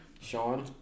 Sean